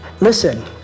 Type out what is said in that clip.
listen